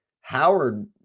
Howard